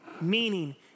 meaning